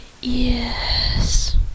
yes